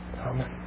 Amen